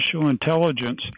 intelligence